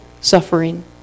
suffering